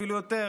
אפילו יותר,